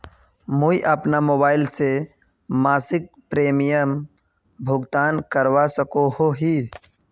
मुई अपना मोबाईल से मासिक प्रीमियमेर भुगतान करवा सकोहो ही?